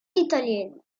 italienne